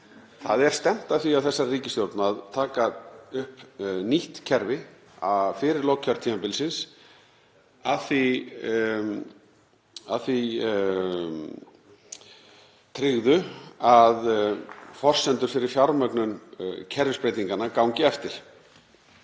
Það er stefnt að því af þessari ríkisstjórn að taka upp nýtt kerfi fyrir lok kjörtímabilsins að því tryggðu að forsendur fyrir fjármögnun kerfisbreytinganna gangi eftir.